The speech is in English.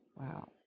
Wow